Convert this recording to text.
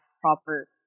proper